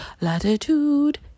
latitude